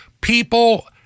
people